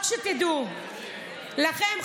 רק שתדעו לכם,